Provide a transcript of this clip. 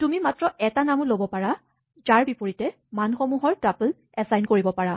তুমি মাত্ৰ এটা নামো ল'ব পাৰা যাৰ বিপৰীতে মানসমূহৰ টাপল্ এচাইন কৰিব পাৰা